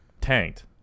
tanked